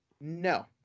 No